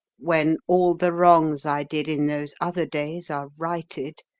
when all the wrongs i did in those other days are righted,